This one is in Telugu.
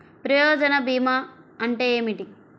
ప్రయోజన భీమా అంటే ఏమిటి?